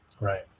right